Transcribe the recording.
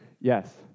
Yes